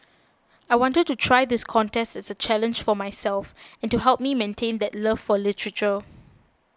I wanted to try this contest as a challenge for myself and to help me maintain that love for literature